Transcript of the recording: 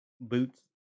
boots